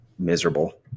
Miserable